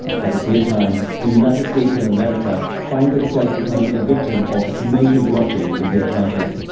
at the same time, the united states of america finds itself becoming a victim of the commercial blockade in the atlantic.